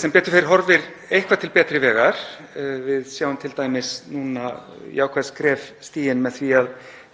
Sem betur fer horfir eitthvað til betri vegar. Við sjáum t.d. núna jákvæð skref stigin með því að